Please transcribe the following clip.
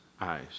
eyes